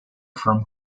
from